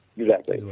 exactly,